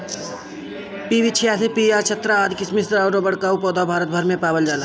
PB छियासी, P R सत्रह आदि किसिम कअ रबड़ कअ पौधा भारत भर में पावल जाला